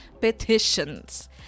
petitions